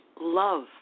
love